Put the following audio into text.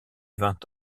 vingt